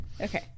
Okay